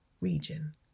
region